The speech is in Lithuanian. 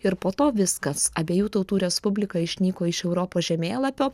ir po to viskas abiejų tautų respublika išnyko iš europos žemėlapio